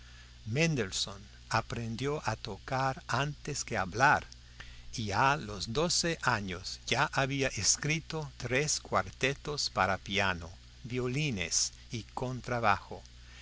mendelessohn aprendió a tocar antes que a hablar y a los doce años ya había escrito tres cuartetos para piano violines y contrabajo